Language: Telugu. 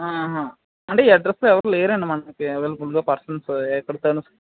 అంటే అడ్రస్లో ఎవరు లేరా మనకి అవైలబుల్గా పర్సన్స్ ఎక్కడ తను